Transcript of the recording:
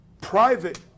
Private